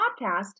podcast